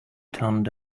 turned